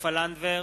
סופה לנדבר,